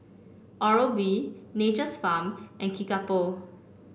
Oral B Nature's Farm and Kickapoo